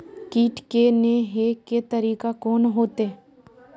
कीट के ने हे के तरीका कोन होते?